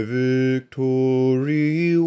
victory